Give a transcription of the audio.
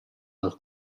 dal